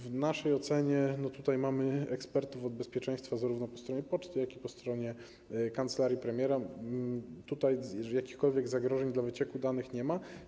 W naszej ocenie, a tutaj mamy ekspertów od bezpieczeństwa zarówno po stronie poczty, jak i po stronie kancelarii premiera, tutaj jakichkolwiek zagrożeń dla wycieków danych nie ma.